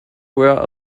were